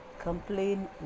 complain